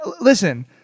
listen